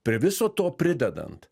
prie viso to pridedant